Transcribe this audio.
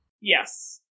Yes